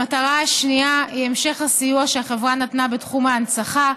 המטרה השנייה היא המשך הסיוע שהחברה נתנה בתחום ההנצחה.